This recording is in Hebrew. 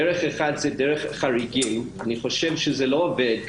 דרך אחת היא דרך חריגים אבל אני חושב שזה לא עובד.